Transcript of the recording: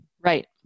right